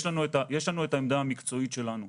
יש לנו את העמדה המקצועית שלנו,